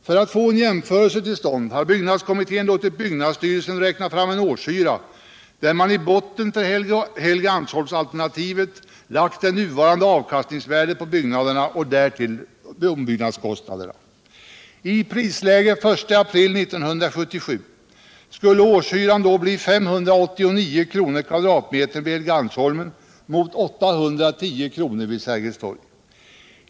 För att få en jämförelse till stånd har byggnadskommittén låtit byggnadsstyrelsen räkna fram en årshyra, där man i botten för Helgeandsholmsalternativet lagt det nuvarande avkastningsvärdet på byggnaderna och därtill ombyggnadskostnaderna. I prisläget den 1 april 1977 skulle årshyran då bli 589 kr. per kvadratmeter vid Helgeandsholmen mot 810 kr. vid Sergels torg.